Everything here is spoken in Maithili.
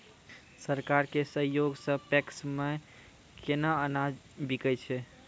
सरकार के सहयोग सऽ पैक्स मे केना अनाज बिकै छै?